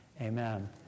Amen